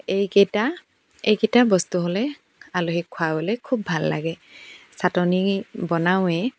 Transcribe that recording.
এইকেইটা এইকেইটা বস্তু হ'লে আলহীক খুৱাবলৈ খুব ভাল লাগে চাটনি বনাওঁৱেই